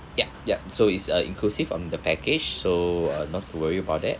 yup ya so it's uh inclusive on the package so uh not to worry about that